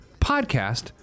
podcast